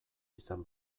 izan